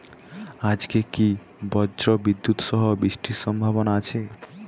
আজকে কি ব্রর্জবিদুৎ সহ বৃষ্টির সম্ভাবনা আছে?